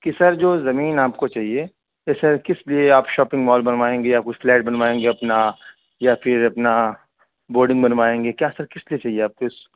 کہ سر جو زمین آپ کو چاہیے تو سر کس لیے آپ شاپنگ مال بنوائیں گے یا کچھ فلیٹ بنوائیں گے اپنا یا پھر اپنا بوڈنگ بنوائیں گے کیا سر کس لیے چاہیے آپ اس